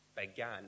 began